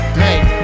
make